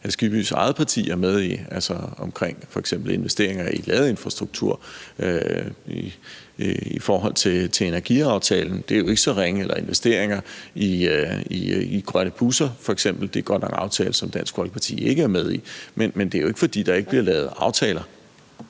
Skibbys eget parti er med i, om f.eks. investeringer i ladeinfrastruktur i forbindelse med energiaftalen. Det er jo ikke så ringe. Og der er f.eks. også investeringerne i grønne busser. Det er godt nok en aftale, som Dansk Folkeparti ikke er med i. Så det er jo ikke, fordi der ikke bliver lavet aftaler.